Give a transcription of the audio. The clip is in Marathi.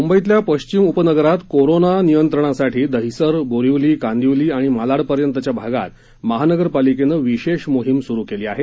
मूंबईतल्या पश्चिम उपनगरात कोरोना नियंत्रणासाठी दहिसर बोरिवली कांदिवली आणि मालाडपर्यंतच्या भागात महानगरपालिकेनं विशेष मोहीम स्रू केली आहे